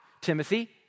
Timothy